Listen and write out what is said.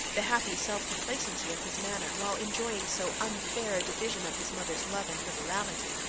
the happy self-complacency of his manner while enjoying so unfair a division of his mother's love and liberality,